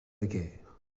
guerre